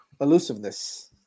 Elusiveness